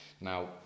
Now